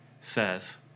says